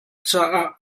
caah